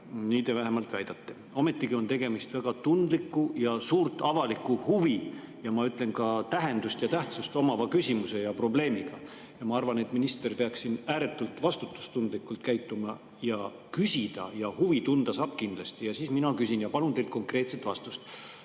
Nii te vähemalt väidate. Ometigi on tegemist väga tundliku ja suurt avalikku huvi ja ma ütlen ka, tähendust ja tähtsust omava küsimuse ja probleemiga. Ma arvan, et minister peaks siin ääretult vastutustundlikult käituma. Küsida ja huvi tunda saab kindlasti ja mina küsin ja palun teilt konkreetset vastust.